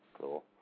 cool